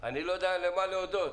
אני לא יודע למה להודות.